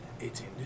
Eighteen